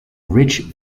rich